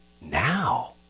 now